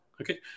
okay